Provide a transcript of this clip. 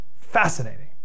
Fascinating